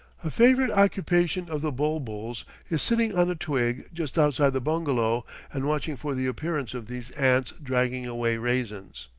a favorite occupation of the bul-buls is sitting on a twig just outside the bungalow and watching for the appearance of these ants dragging away raisins.